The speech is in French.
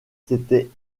s’était